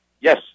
yes